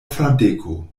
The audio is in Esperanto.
fradeko